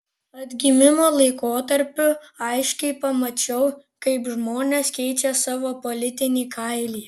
atgimimo laikotarpiu aiškiai pamačiau kaip žmonės keičia savo politinį kailį